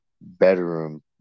bedroom